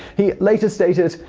he later stated,